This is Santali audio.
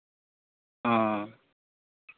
ᱚ